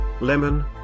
lemon